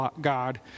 God